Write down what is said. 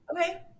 Okay